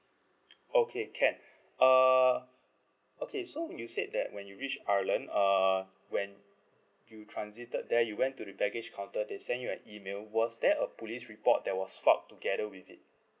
okay can uh okay so you said that when you reach ireland uh when you transited there you went to the baggage counter they sent you an email was there a police report that was filed together with it